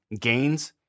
gains